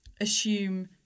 assume